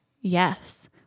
Yes